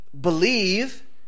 believe